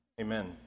Amen